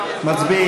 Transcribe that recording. כן.